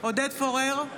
עודד פורר,